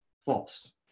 false